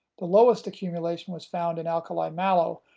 the lowest accumulation was found in alkali mallow,